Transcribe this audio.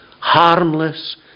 harmless